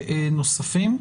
מסוים,